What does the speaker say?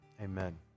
amen